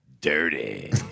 Dirty